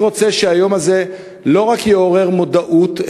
אני רוצה שהיום הזה לא רק יעורר מודעות,